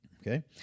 okay